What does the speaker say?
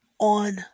on